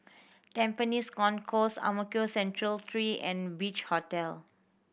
Tampines Concourse Ang Mo Kio Central Three and Beach Hotel